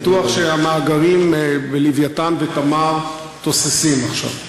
אני בטוח שהמאגרים ב"לווייתן" ו"תמר" תוססים עכשיו.